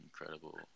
incredible